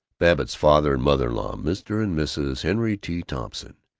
babbitt's father and mother-in-law, mr. and mrs. henry t. thompson,